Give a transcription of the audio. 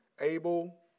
Abel